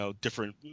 different